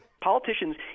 Politicians